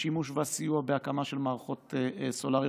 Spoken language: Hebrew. השימוש בסיוע בהקמה של מערכות סולריות,